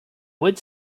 wood